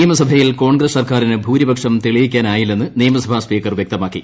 നിയമസഭയിൽ കോൺഗ്രസ് സർക്കാരിന് ഭൂരിപക്ഷം തെളിയിക്കാനായില്ലെന്ന് നിയമസഭാ സ്പീക്കർ വൃക്തമാക്കി